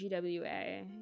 GWA